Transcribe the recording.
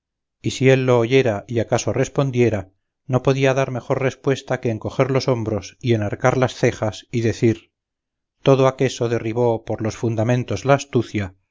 y si él lo oyera y acaso respondiera no podía dar mejor respuesta que encoger los hombros y enarcar las cejas y decir todo aqueso derribó por los fundamentos la astucia a